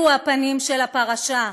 אלו הפנים של הפרשה.